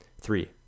Three